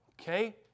Okay